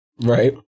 Right